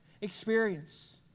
experience